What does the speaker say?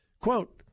Quote